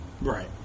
Right